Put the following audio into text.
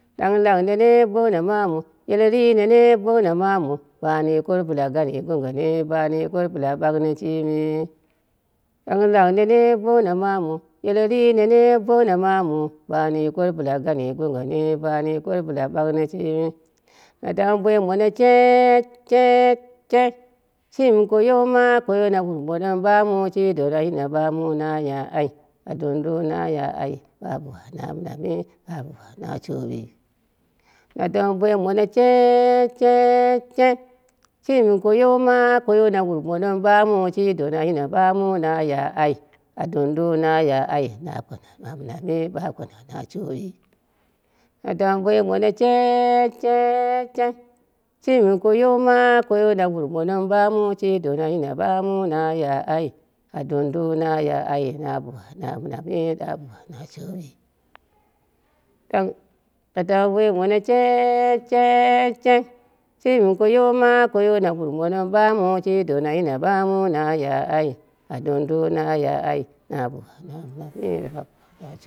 Ɗangɨlang nene bouna ma mu yeletri nene bouna ba ni yukot bɨla gangeni gangɨna bani yukot bɨla bɨla ɓagno shimi, danglang nene bouna mawu yeletri ne bouna mamu bani yukot bɨla gangeni bana yukot bɨla ɓagno shimi. Na deme boi mono sheet sheet sheet sheet shimi koyo shimi koyo ma na wuru mono mɨ ɓamu shi dona yino ɓamu naya shi dona yino ɓamu naya ai a doudu naya ai ɓa bowa na ɓa mɨnami ɓa bona na shobi. Na dame boi mono sheet sheet sheet shimi koyo ma shimi koyo na wuru mono mɨ ɓamu shi dona yino naya ai ɓa bowana mɨnami ɓa bowa na shoɓi.